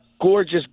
Gorgeous